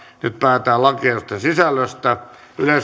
päätetään lakiehdotusten sisällöstä